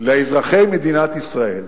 לאזרחי מדינת ישראל.